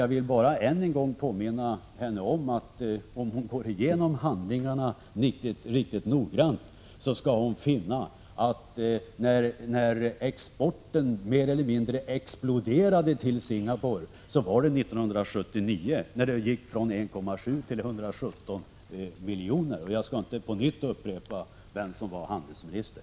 Jag vill bara än en gång påminna henne om — det skall hon finna om hon går igenom handlingarna riktigt noggrant — att det var 1979 som exporten till Singapore fick en mer eller mindre explosionsartad ökning; värdet av den steg då från 1,7 till 117 miljoner. Jag skall inte upprepa vem som då var handelsminister.